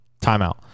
Timeout